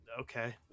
okay